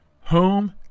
home